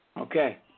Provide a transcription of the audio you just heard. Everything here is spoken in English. Okay